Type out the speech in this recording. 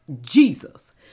Jesus